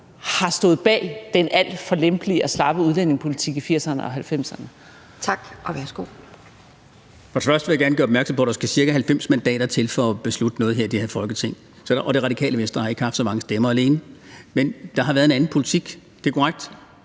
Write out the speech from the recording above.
har stået bag den alt for lempelige og slappe udlændingepolitik i 1980'erne og 1990'erne.